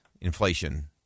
inflation